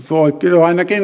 ainakin